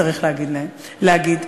צריך להגיד,